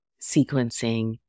sequencing